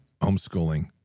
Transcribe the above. homeschooling